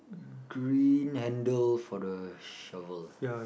green handle for the shovel